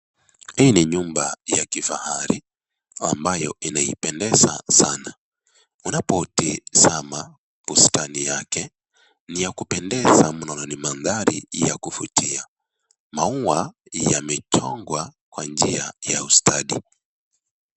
Hii ni nyumba ya kifahari ambayo inaipendeza sana. Unapotizama bustani yake ni ya kupendeza mno na ni mandhari ya kuvutia. Maua yamechongwa kwa njia ya ustadi.